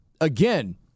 again